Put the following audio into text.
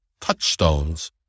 touchstones